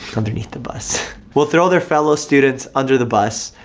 underneath the bus. will throw their fellow students under the bus,